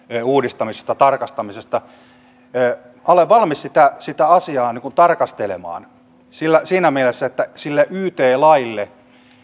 uudistamisesta tarkastamisesta olen valmis sitä sitä asiaa tarkastelemaan siinä mielessä että sille yt laille